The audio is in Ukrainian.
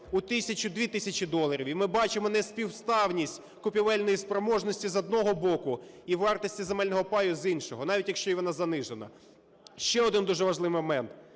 у 2 тисячі доларів. І ми бачимо неспівставність купівельної спроможності, з одного боку, і вартості земельного паю, з іншого, навіть якщо вона занижена. Ще один дуже важливий момент.